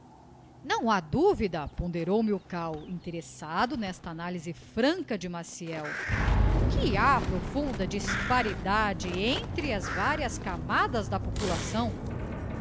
não ha duvida ponderou milkau interessado nesta analyse franca de maciel que ha profunda disparidade entre as varias camadas da população